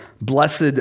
Blessed